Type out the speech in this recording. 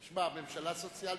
שמע, הממשלה סוציאל-דמוקרטית,